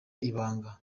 ibanga